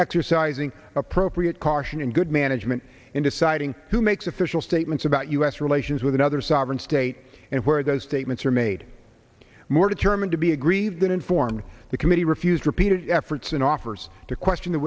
exercising appropriate caution and good management in deciding who makes official statements about u s relations with another sovereign state and where those statements are made more determined to be aggrieved than informed the committee refused repeated efforts and offers to question the